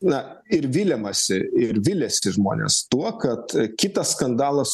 na ir viliamasi ir viliasi žmonės tuo kad kitas skandalas